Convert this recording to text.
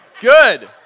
good